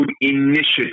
Initiative